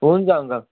हुन्छ अङ्कल